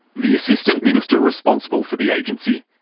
the assistant minister responsible for the agency,